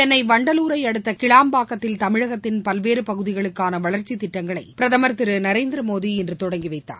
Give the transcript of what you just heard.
சென்னை வண்டலூரை அடுத்த கிளாம்பாக்கத்தில் தமிழகத்தின் பல்வேறு பகுதிகளுக்கான வளர்ச்சித் திட்டங்களை பிரதமர் திரு நரேந்திர மோடி இன்று தொடங்கி வைத்தார்